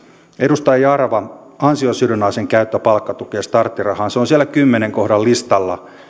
edustaja jarva ansiosidonnaisen käyttö palkkatukeen ja starttirahaan se on siellä kymmenennen kohdan listalla